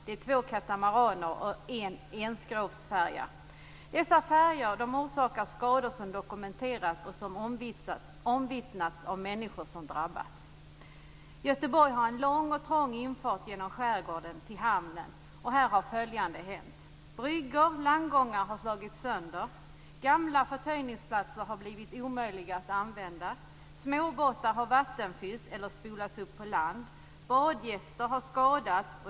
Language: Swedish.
Det är två katamaraner och en enskrovsfärja. Dessa färjor orsakar skador som har dokumenterats och omvittnats av människor som drabbats. Göteborg har en lång och trång infart genom skärgården till hamnen. Här har följande hänt: - Bryggor/landgångar har slagits sönder. - Gamla förtöjningsplatser har blivit omöjliga att använda. - Småbåtar har vattenfyllts eller spolats upp på land. - Badgäster har skadats.